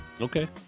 okay